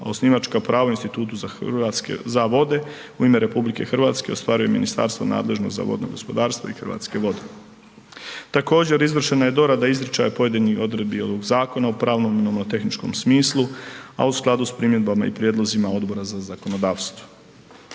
Osnivačka prava u institutu za vode u ime RH ostvaruje ministarstvo nadležno za vodno gospodarstvo i Hrvatske vode. Također izvršena je dorada izričaja pojedinih odredbi ovog Zakona o pravno nomotehničkom smislu, a u skladu s primjedbama i prijedlozima Odbora za zakonodavstvo.